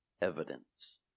evidence